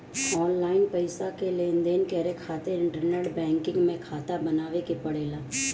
online पईसा के लेनदेन करे खातिर इंटरनेट बैंकिंग में खाता बनावे के पड़ेला